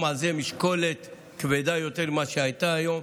על זה משקולת כבדה יותר ממה שהייתה היום.